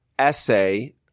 essay